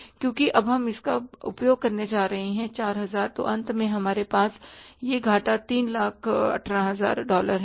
क्योंकि अब हम इसका उपयोग करने जा रहे हैं 4000 तो अंत में हमारे पास यह घाटा 318000 डॉलर है